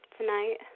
Tonight